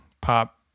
pop